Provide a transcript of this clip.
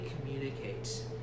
communicate